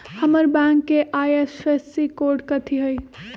हमर बैंक के IFSC code कथि हई?